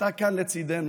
שאתה כאן לצידנו